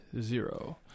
zero